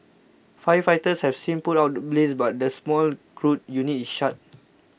firefighters have since put out the blaze but the small crude unit is shut